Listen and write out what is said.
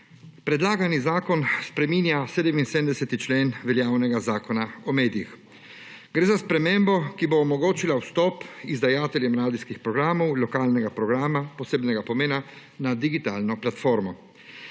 Predlagani zakon spreminja 77. člen veljavnega Zakona o medijih. Gre za spremembo, ki bo omogočila vstop izdajateljem radijskih programov lokalnega programa posebnega pomena na digitalno platformo.